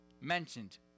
mentioned